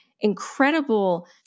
Incredible